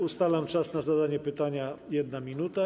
Ustalam czas na zadanie pytania - 1 minuta.